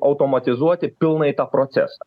automatizuoti pilnai tą procesą